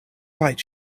write